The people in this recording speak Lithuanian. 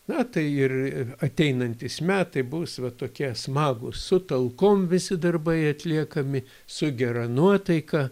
na tai ir ir ateinantys metai bus va tokie smagūs su talkom visi darbai atliekami su gera nuotaika